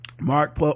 Mark